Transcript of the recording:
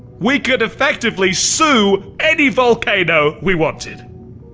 we could effectively sue any volcano we wanted!